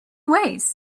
ways